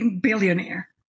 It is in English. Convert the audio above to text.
billionaire